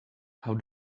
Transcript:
how